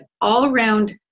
all-around